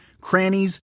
crannies